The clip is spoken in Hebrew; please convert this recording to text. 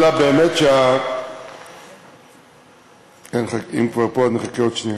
אלא באמת, אם הוא כבר פה אז נחכה עוד שנייה.